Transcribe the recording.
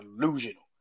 delusional